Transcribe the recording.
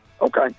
Okay